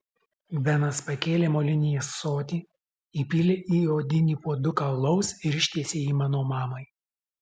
benas pakėlė molinį ąsotį įpylė į odinį puoduką alaus ir ištiesė jį mano mamai